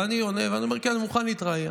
ואני עונה ואומר: כן, אני מוכן להתראיין.